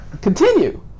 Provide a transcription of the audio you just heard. continue